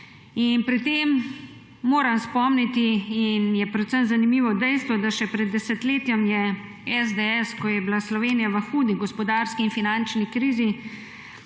Pri tem moram spomniti, in je predvsem zanimivo dejstvo, da ste bili še pred desetletjem SDS, ko je bila Slovenija v hudi gospodarski in finančni krizi,